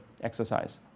exercise